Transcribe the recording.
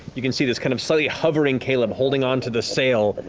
you can see this kind of suddenly hovering caleb, holding on to the sail,